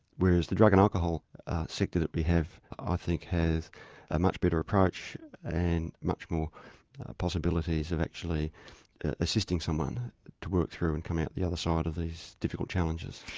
whereas the drug and alcohol sector that we have i ah think has a much better approach and much more possibilities of actually assisting someone to work through and come out the other side of these difficult challenges.